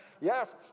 Yes